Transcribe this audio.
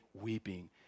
weeping